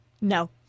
no